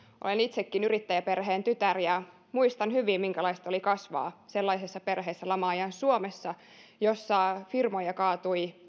olen itsekin yrittäjäperheen tytär ja muistan hyvin minkälaista oli kasvaa sellaisessa perheessä lama ajan suomessa jossa lähipiirissä firmoja kaatui